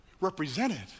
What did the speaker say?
represented